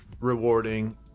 rewarding